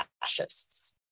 fascists